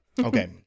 Okay